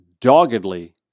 doggedly